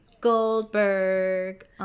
Goldberg